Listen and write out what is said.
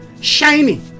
shiny